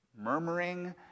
murmuring